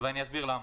ואסביר למה.